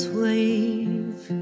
wave